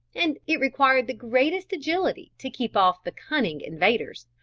and it required the greatest agility to keep off the cunning invaders,